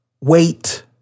wait